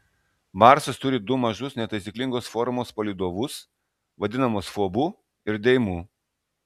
marsas turi du mažus netaisyklingos formos palydovus vadinamus fobu ir deimu